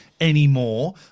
anymore